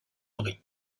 brie